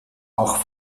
auch